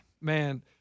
man